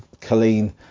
Colleen